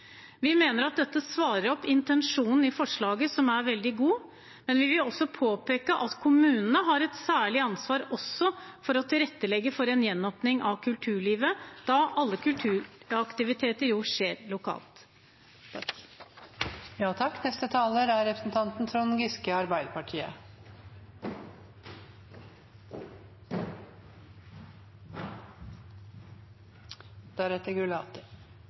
Vi mener at dette svarer opp intensjonen i forslaget, som er veldig god, men vi vil også påpeke at kommunene har et særlig ansvar for å tilrettelegge for en gjenåpning av kulturlivet, da alle kulturaktiviteter jo skjer lokalt. Det er krevende for alle samfunnssektorer å håndtere pandemien. Det er